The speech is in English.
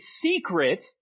secret